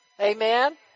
Amen